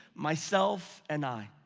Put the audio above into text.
myself and i.